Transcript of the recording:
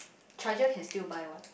charger can still buy what